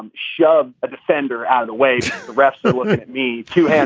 and shove a defender out of the way rescue me. two hands